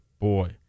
boy